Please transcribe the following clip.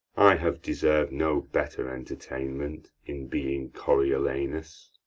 i have deserv'd no better entertainment in being coriolanus.